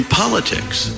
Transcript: politics